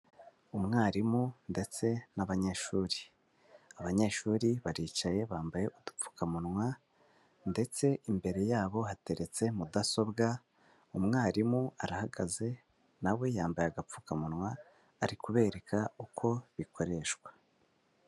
Umwarimu ndetse n'abanyeshuri, abanyeshuri baricaye bambaye udupfukamunwa ndetse imbere yabo hateretse mudasobwa, umwarimu arahagaze nawe yambaye agapfukamunwa ari kubereka uko bikoreshwa.